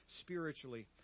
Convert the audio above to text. spiritually